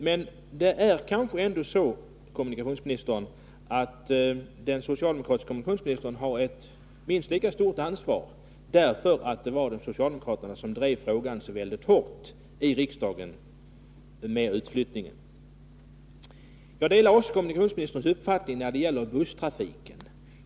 Men det är kanske ändå så att den socialdemokratiske kommunikationsministern har ett minst lika stort ansvar, därför att det var socialdemokraterna som drev frågan om utflyttningen så hårt i riksdagen. Jag delar också kommunikationsministerns uppfattning när det gäller busstrafiken.